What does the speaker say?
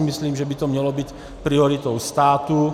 Myslím si, že by to mělo být prioritou státu.